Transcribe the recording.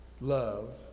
love